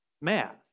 math